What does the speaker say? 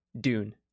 Dune